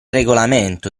regolamento